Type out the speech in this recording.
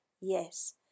Yes